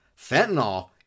fentanyl